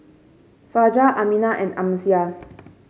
Fajar Aminah and Amsyar